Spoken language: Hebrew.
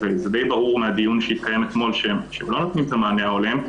וזה די ברור מהדיון שהתקיים אתמול שהם לא נותנים את המענה ההולם,